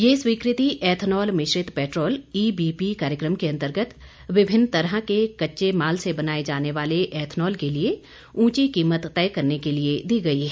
यह स्वीकृति एथनॉल मिश्रित पैट्रोल ईबीपी कार्यक्रम के अंतर्गत विभिन्न तरह के कच्चे माल से बनाए जाने वाले एथनॉल के लिए ऊंची कीमत तय करने के लिए दी गई है